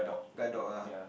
guard dog ah